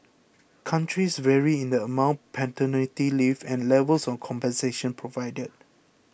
countries vary in the amount paternity leave and levels of compensation provided